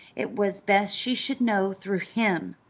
it was best she should know through him.